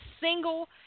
single